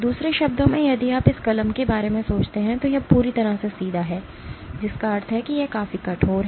दूसरे शब्दों में यदि आप इस कलम के बारे में सोचते हैं तो यह पूरी तरह से सीधा है जिसका अर्थ है कि यह काफी कठोर है